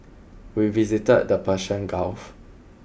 we visited the Persian Gulf